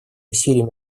усилиям